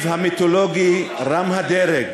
המיתולוגי רם-הדרג